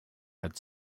had